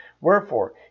Wherefore